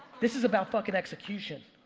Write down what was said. this is about fuckin' execution.